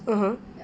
(uh huh)